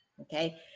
okay